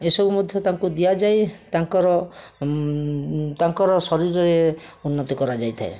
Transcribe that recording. ଏସବୁ ମଧ୍ୟ ତାଙ୍କୁ ଦିଆଯାଏ ତାଙ୍କର ତାଙ୍କର ଶରୀରରେ ଉନ୍ନତି କରାଯାଇଥାଏ